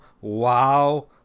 wow